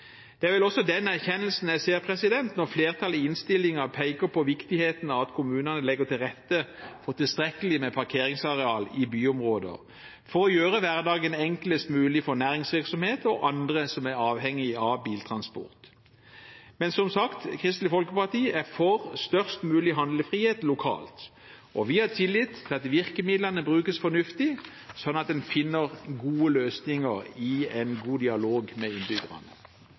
Det er vel også den erkjennelsen jeg ser når flertallet i innstillingen peker på viktigheten av at kommunene legger til rette for tilstrekkelig med parkeringsareal i byområder for å gjøre hverdagen enklest mulig for næringsvirksomhet og andre som er avhengige av biltransport. Men som sagt, Kristelig Folkeparti er for størst mulig handlefrihet lokalt, og vi har tillit til at virkemidlene brukes fornuftig, slik at en finner gode løsninger i en god dialog med innbyggerne.